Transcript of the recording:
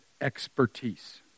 expertise